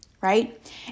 right